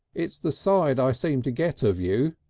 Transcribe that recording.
it's the side i seem to get of you.